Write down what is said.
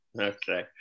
Okay